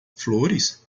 flores